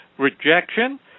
rejection